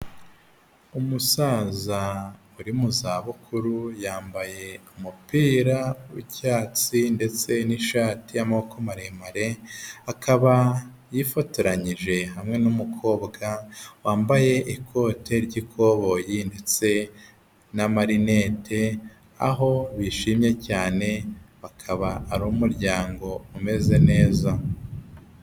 Umusaza uri mu zabukuru yambaye umupira w'icyatsi ndetse n'ishati y'amaboko maremare, akaba yifotoranyije hamwe n'umukobwa wambaye ikote ry'ikoboyi ndetse n'amarinete, aho bishimye cyane, bakaba ari umuryango umeze neza.